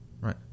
right